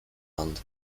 hand